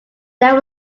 there